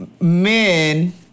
men